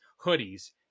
hoodies